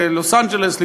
בלוס אנג'לס,